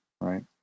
Right